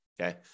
okay